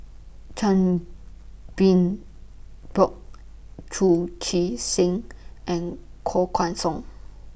Chan Bin Bock Chu Chee Seng and Koh Guan Song